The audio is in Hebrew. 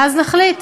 ואז נחליט.